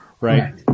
right